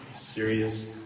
serious